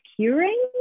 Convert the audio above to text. curing